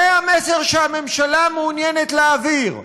זה המסר שהממשלה מעוניינת להעביר,